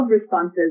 responses